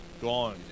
Gone